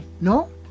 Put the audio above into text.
no